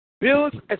Build